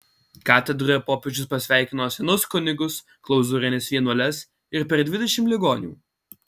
katedroje popiežius pasveikino senus kunigus klauzūrines vienuoles ir per dvidešimt ligonių